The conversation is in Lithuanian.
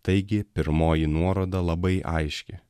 taigi pirmoji nuoroda labai aiški